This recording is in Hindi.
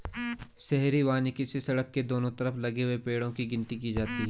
शहरी वानिकी से सड़क के दोनों तरफ लगे हुए पेड़ो की गिनती की जाती है